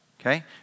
Okay